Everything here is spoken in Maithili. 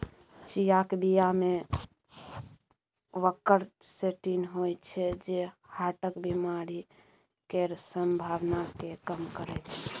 चियाक बीया मे क्वरसेटीन होइ छै जे हार्टक बेमारी केर संभाबना केँ कम करय छै